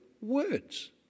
words